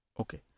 Okay